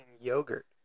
yogurt